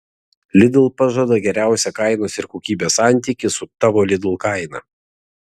lidl pažada geriausią kainos ir kokybės santykį su tavo lidl kaina